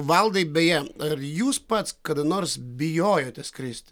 valdai beje ar jūs pats kada nors bijojote skristi